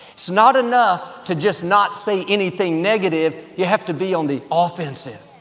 it's not enough to just not say anything negative you have to be on the offensive.